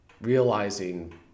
Realizing